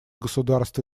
государств